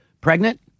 Pregnant